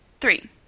Three